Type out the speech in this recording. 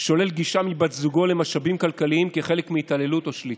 שולל גישה מבת זוגו למשאבים כלכליים כחלק מהתעללות או שליטה.